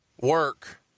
work